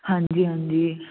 ਹਾਂਜੀ ਹਾਂਜੀ